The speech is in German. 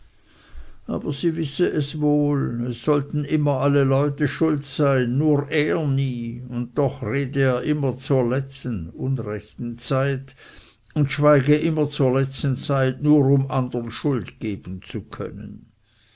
aber sie wisse es wohl es sollten immer alle leute schuld sein nur er nie und doch rede er immer zur letzen zeit und schweige immer zur letzen zeit nur um andern schuld geben zu können